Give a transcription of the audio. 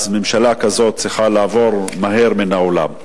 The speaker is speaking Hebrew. אז ממשלה כזאת צריכה לעבור מהר מן העולם.